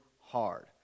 hard